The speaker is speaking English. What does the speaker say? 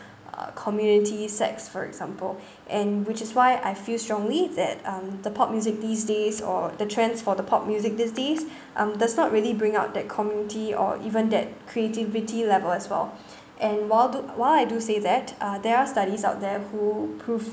uh community sex for example and which is why I feel strongly that um the pop music these days or the trends for the pop music these days um does not really bring out that community or even that creativity level as well and while do why I do say that uh there are studies out there who proved